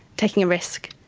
taking a risk.